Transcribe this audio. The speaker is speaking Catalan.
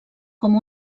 com